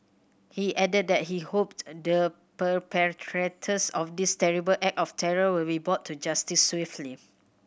he added that he hoped the perpetrators of this terrible act of terror will be brought to justice swiftly